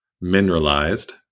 mineralized